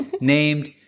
named